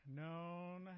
known